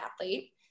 athlete